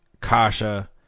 Kasha